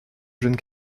jeune